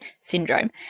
syndrome